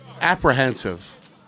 apprehensive